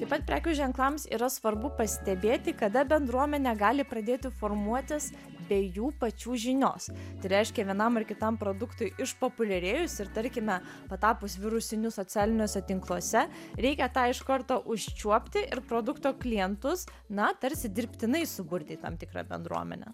taip pat prekių ženklams yra svarbu pastebėti kada bendruomenė gali pradėti formuotis be jų pačių žinios tai reiškia vienam ar kitam produktui išpopuliarėjus ir tarkime patapus virusiniu socialiniuose tinkluose reikia tą iš karto užčiuopti ir produkto klientus na tarsi dirbtinai suburti į tam tikrą bendruomenę